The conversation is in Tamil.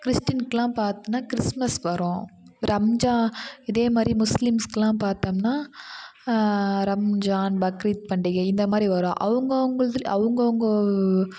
கிறிஸ்டினுக்குலாம் பார்த்தோனா கிறிஸ்துமஸ் வரும் ரம்ஜா இதே மாதிரி முஸ்லீம்ஸ்கெலாம் பார்த்தம்னா ரம்ஜான் பக்ரித் பண்டிகை இந்த மாதிரி வரும் அவங்கவுங்கள்து அவங்கவுங்க